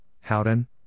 Howden